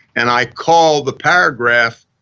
and i called the paragraph,